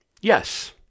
Yes